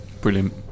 Brilliant